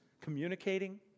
communicating